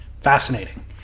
Fascinating